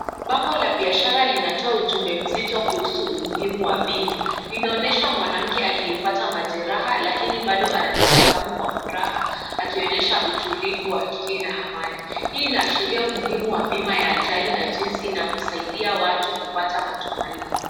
Bango la biashara linatoa ujumbe mzito kuhusu umuhimu wa bima, inaonyesha mwanamke aliyepata majeraha lakini bado anatabasamu kwa furaha akionyesha utulivu wa akili na amani, hii inaashiria umuhimu wa bima ya ajali na jinsi inavyosaidia watu kupata matumaini.